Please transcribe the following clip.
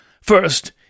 first